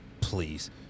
please